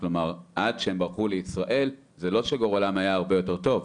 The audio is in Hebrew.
כלומר עד שהם ברחו לישראל זה לא שגורלם היה הרבה יותר טוב.